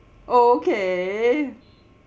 okay